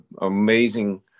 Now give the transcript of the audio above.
amazing